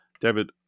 David